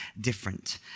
different